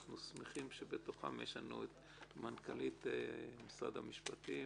ואנחנו שמחים שבתוכם יש לנו את מנכ"לית משרד המשפטים,